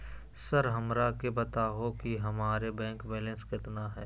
Sir हमरा के बताओ कि हमारे बैंक बैलेंस कितना है?